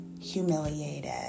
humiliated